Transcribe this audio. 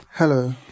Hello